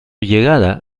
llegada